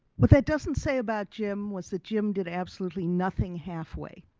what that doesn't say about jim was that jim did absolutely nothing halfway.